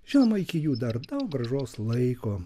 žinoma iki jų dar daug gražaus laiko